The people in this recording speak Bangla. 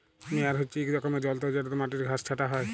মেয়ার হছে ইক রকমের যল্তর যেটতে মাটির ঘাঁস ছাঁটা হ্যয়